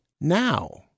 now